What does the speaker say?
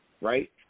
right